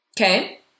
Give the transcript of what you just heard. Okay